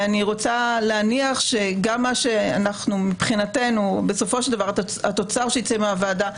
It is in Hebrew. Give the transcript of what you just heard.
ואני רוצה להניח שבסופו של דבר התוצר שיצא מהוועדה,